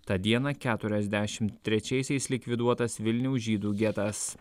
tą dieną keturiasdešimt trečiaisiais likviduotas vilniaus žydų getas